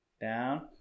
Down